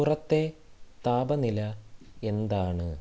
പുറത്തെ താപനില എന്താണ്